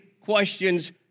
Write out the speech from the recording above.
questions